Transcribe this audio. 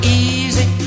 easy